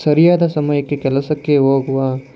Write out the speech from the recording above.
ಸರಿಯಾದ ಸಮಯಕ್ಕೆ ಕೆಲಸಕ್ಕೆ ಹೋಗುವ